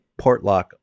Portlock